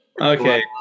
Okay